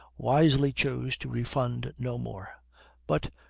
wisely chose to refund no more but,